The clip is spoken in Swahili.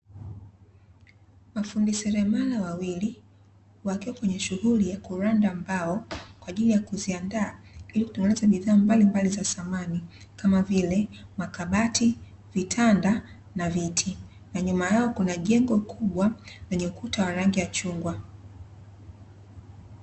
Mafundi seremala wawili wakiwa kwenye shughuli ya kuranda mbao kwa ajili ya kuzianda kwa ajili ya utengenezaji wa bidhaa mbali mbali za thamani kama vile; makabati, vitanda na viti na nyuma yao kukiwa na jengo kubwa lenye rangi ya chungwa.